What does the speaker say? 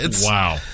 Wow